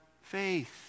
Faith